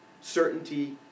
certainty